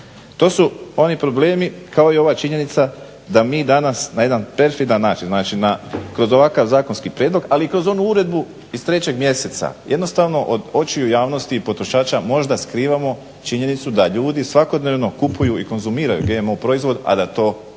To su oni problemi kao i ova činjenica da mi danas na jedan perfidan način, znači kroz ovakav zakonski prijedlog ali i kroz onu uredbu iz 3. mjeseca jednostavno od očiju javnosti i potrošača možda skrivamo činjenicu da ljudi svakodnevno kupuju i konzumiraju GMO proizvod, a da to ne